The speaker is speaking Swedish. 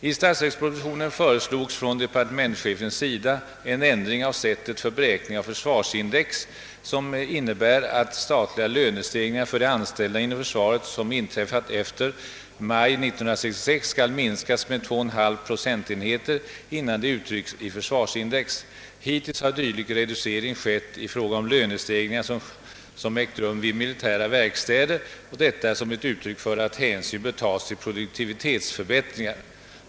I statsverkspropositionen föreslogs från departe mentschefens sida en ändring av sättet för beräkning av försvarsindex, som innebär att samtliga lönestegringar för de anställda inom försvaret, som inträffat efter maj 1966, skall minskas med 2,5 procentenheter innan de uttrycks i försvarsindex. Hittills har dylik reducering skett i fråga om lönestegringar, som ägt rum vid militära verkstäder och detta som ett uttryck för att hänsyn bör tas till produktivitetsförbättringar.